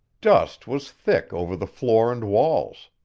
dust was thick over the floor and walls.